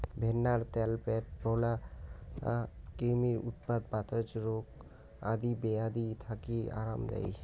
ভেন্নার ত্যাল প্যাট ফোলা, ক্রিমির উৎপাত, বাতজ রোগ আদি বেয়াধি থাকি আরাম দেই